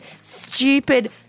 stupid